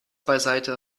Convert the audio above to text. beiseite